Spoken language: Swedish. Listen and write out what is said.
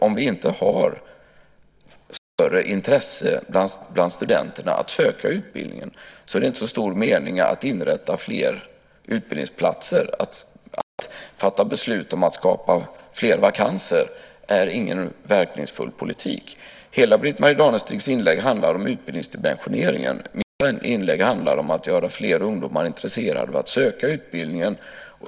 Om vi inte har större intresse bland studenterna för att söka utbildningen är det inte så stor mening med att inrätta fler utbildningsplatser. Att fatta beslut om att skapa fler vakanser är ingen verkningsfull politik. Hela Britt-Marie Danestigs inlägg handlar om utbildningsdimensioneringen. Mitt inlägg handlar om att göra fler ungdomar intresserade av att söka utbildningen.